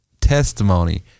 testimony